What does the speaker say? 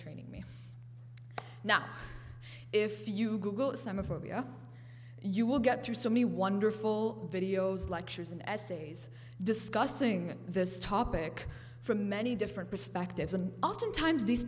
training me now if you google some a phobia you will get through so many wonderful videos like yours and essays discussing this topic from many different perspectives and often times these